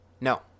No